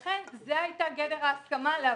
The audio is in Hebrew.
לכן, זאת הייתה גדר ההסכמה להבנתנו,